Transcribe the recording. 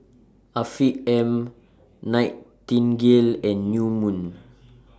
Afiq M Nightingale and New Moon